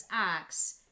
acts